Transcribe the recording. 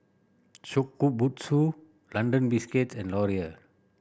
Shokubutsu London Biscuits and Laurier